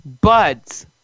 buds